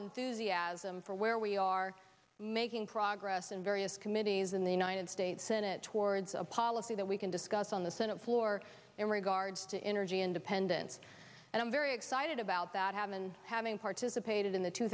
enthusiasm for where we are making progress in various committees in the united states senate towards a policy that we can discuss on the senate floor in regards to energy independence and i'm very excited about that have been having participated in the two